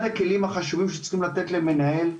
אחד הכלים החשובים שצריך לתת למנהל,